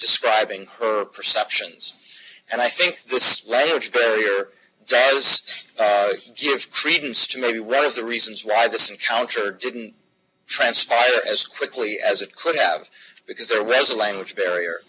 describing her perceptions and i think the straight year does give credence to maybe one of the reasons why this encounter didn't transpire as quickly as it could have because there was a language barrier